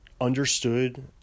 understood